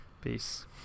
Peace